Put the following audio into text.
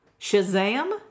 Shazam